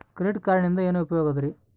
Credit ಕಾರ್ಡಿನಿಂದ ಏನು ಉಪಯೋಗದರಿ?